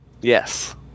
Yes